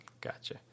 Gotcha